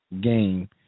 game